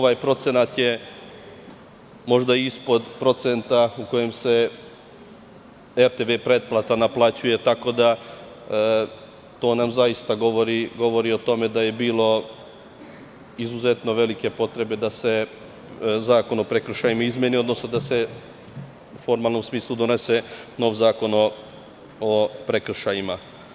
Ovaj procenat je možda ispod procenta u kojem se RTV pretplata naplaćuje, tako da nam to zaista govori o tome da je bilo izuzetno velike potrebe da se Zakon o prekršajima izmeni, odnosno da se u formalnom smislu donese nov zakon o prekršajima.